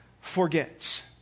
forgets